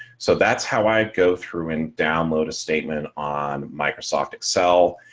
so that's how i go through and download a statement on microsoft excel,